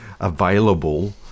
available